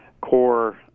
core